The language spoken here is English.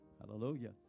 hallelujah